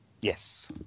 Yes